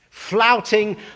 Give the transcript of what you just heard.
flouting